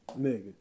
Nigga